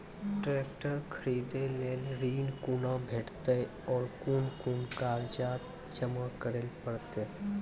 Tractor खरीदै लेल ऋण कुना भेंटते और कुन कुन कागजात जमा करै परतै?